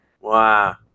wow